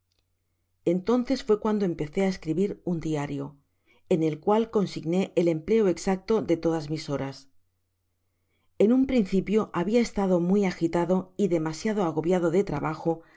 entonces fue cuando empecé á escribir un diario en el cual consignó el empleo exacto de todas mis horas en un principio habia estado muy agitado y demasiado agoviado de trabajo